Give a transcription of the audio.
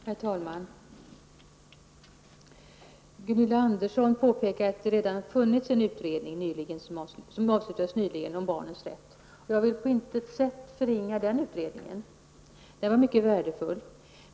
Herr talman! Gunilla Andersson påpekade att det redan nyligen avslutats en utredning om barnens rätt. Jag vill inte på något sätt förringa den utredningen, den var mycket värdefull.